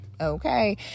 okay